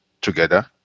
together